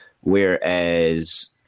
Whereas